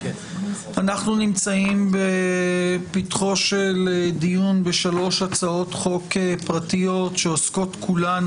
אנחנו נמצאים בפתחו של דיון בשלוש הצעות חוק פרטיות שעוסקות כולן